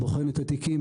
בוחן את התיקים,